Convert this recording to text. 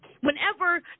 whenever